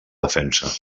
defensa